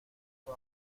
eso